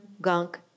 gunk